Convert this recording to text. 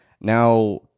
now